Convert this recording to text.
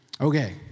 Okay